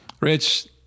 Rich